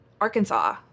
Arkansas